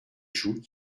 joues